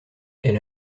elle